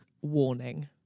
warning